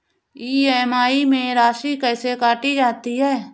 EMI में राशि कैसे काटी जाती है?